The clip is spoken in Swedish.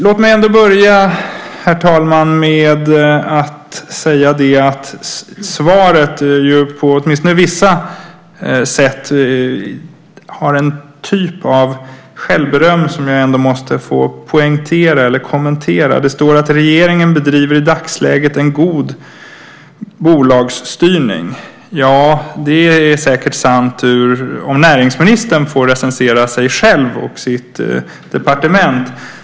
Låt mig börja, herr talman, med att säga att svaret, åtminstone på vissa sätt, har en typ av självberöm som jag ändå måste få poängtera eller kommentera. Det står: "Regeringen bedriver i dagsläget en god bolagsstyrning." Ja, det är säkert sant om näringsministern får recensera sig själv och sitt departement.